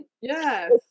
yes